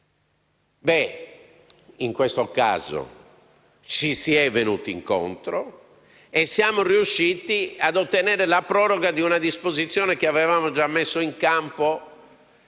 In questo caso ci si è venuti incontro e siamo riusciti ad ottenere la proroga di una disposizione che avevamo già messo in campo in